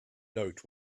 note